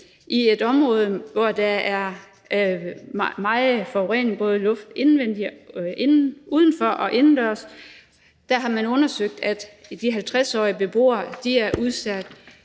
I et område, hvor der er meget forurening i luften både udenfor og indendørs, har man undersøgt, at de 50-årige beboere er udsat